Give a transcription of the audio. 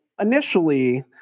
initially